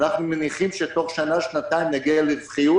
אנחנו מניחים שתוך שנה שנתיים נגיע לרווחיות,